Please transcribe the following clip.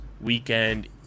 weekend